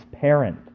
parent